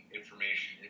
information